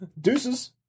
Deuces